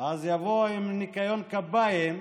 אז יבואו עם ניקיון כפיים.